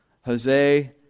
Jose